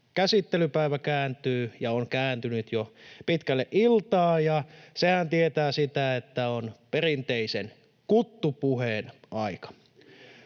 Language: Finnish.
käsittelypäivä on kääntynyt jo pitkälle iltaan, ja sehän tietää sitä, että on perinteisen kuttupuheen aika!